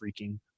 freaking